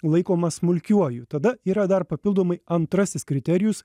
laikomas smulkiuoju tada yra dar papildomai antrasis kriterijus